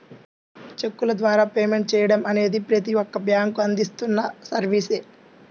చెక్కుల ద్వారా పేమెంట్ చెయ్యడం అనేది ప్రతి ఒక్క బ్యేంకూ అందిస్తున్న సర్వీసే